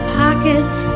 pockets